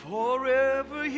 Forever